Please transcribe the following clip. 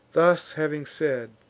thus having said,